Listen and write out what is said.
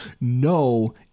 No